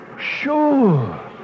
Sure